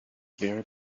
very